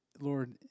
Lord